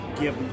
give